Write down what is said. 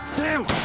damn